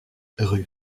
rue